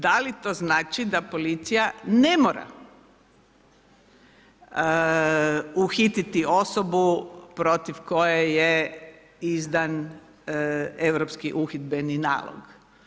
Da li to znači da policija ne mora uhititi osobu protiv koje je izdan europski uhidbeni nalog?